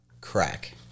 crack